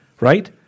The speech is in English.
Right